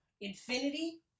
Infinity